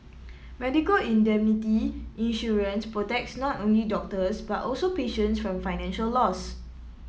medical indemnity insurance protects not only doctors but also patients from financial loss